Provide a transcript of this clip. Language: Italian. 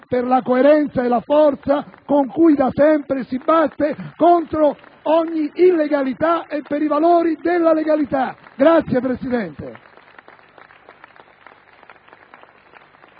per la coerenza e la forza con cui da sempre si batte contro ogni illegalità e per i valori della legalità: grazie, Presidente!